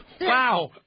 wow